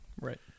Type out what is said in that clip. Right